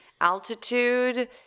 altitude